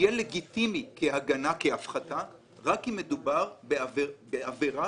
יהיה לגיטימי כהפחתה רק אם מדובר בעבירה